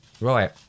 Right